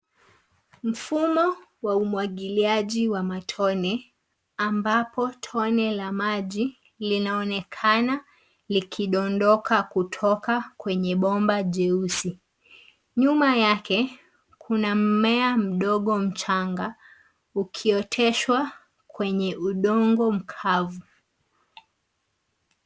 Mfumo wa umwagiliaji wa matone ambapo tone la maji linaonekana likindondoka kutoka kwenye bomba jeusi. Nyuma yake kuna mmea mdogo mchanga ukioteshwa kwenye udongo mkavu.